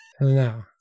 No